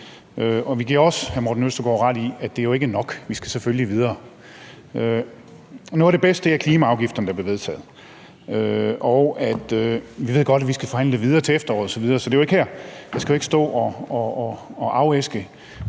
Vi giver også hr. Morten Østergaard ret i, at det ikke er nok. Vi skal selvfølgelig videre. Noget af det bedste er de klimaafgifter, der blev vedtaget. Vi ved godt, at vi skal forhandle videre til efteråret osv., og jeg skal ikke stå og afæske